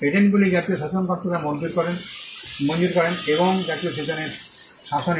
পেটেন্টগুলি জাতীয় শাসনকর্তারা মঞ্জুর করেন এবং জাতীয় শাসনের সীমানার মধ্যে সুরক্ষিত হন